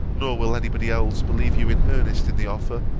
nor will any body else believe you in earnest in the offer,